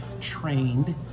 trained